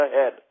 ahead